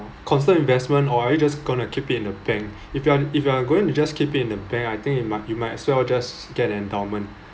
constant investment or are you just going to keep it in the bank if you are if you are going to just keep it in the bank I think you might you might as well just get an endowment